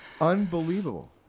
Unbelievable